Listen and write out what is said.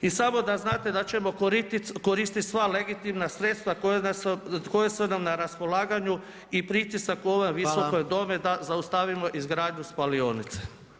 I samo da znate da ćemo koristiti sva legitimna sredstva koja su nam na raspolaganju i pritisak u ovom Visokom domu da zaustavimo izgradnju spalionice.